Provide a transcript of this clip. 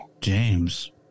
James